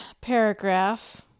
paragraph